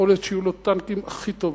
יכול להיות שיהיו לו הטנקים הכי טובים,